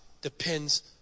depends